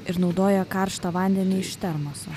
ir naudoja karštą vandenį iš termoso